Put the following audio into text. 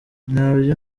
nabyo